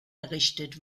errichtet